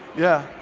yeah.